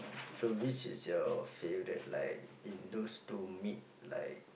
so which is your favourite like in those two meat like